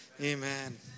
Amen